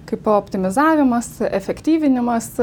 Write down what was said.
kaip optimizavimas efektyvinimas